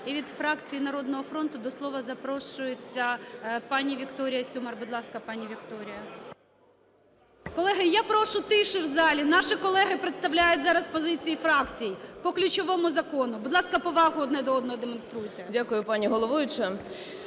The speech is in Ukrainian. І від фракції "Народного фронту" до слова запрошується пані Вікторія Сюмар. Будь ласка, пані Вікторія. Колеги, я прошу тишу в залі. Наші колеги представляють зараз позиції фракцій по ключовому закону. Будь ласка, повагу одне до одного демонструйте. 10:28:23 СЮМАР